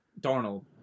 Darnold